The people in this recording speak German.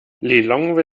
lilongwe